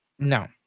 No